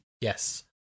Yes